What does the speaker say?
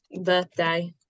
Birthday